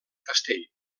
castell